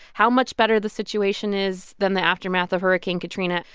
how much better the situation is than the aftermath of hurricane katrina,